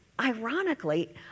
ironically